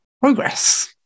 progress